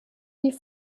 die